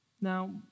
Now